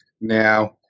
now